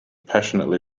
passionately